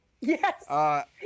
Yes